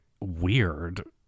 Weird